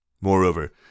Moreover